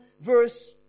verse